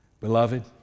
Beloved